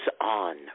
on